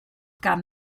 gan